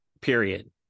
Period